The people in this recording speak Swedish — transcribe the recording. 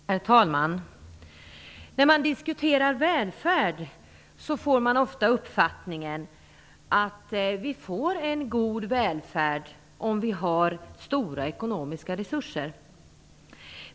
Herr talman! När man diskuterar välfärd får man ofta uppfattningen att vi får en god välfärd, om vi har stora ekonomiska resurser.